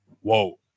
Whoa